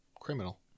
Criminal